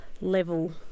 level